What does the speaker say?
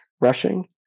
rushing